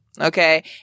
Okay